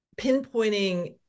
pinpointing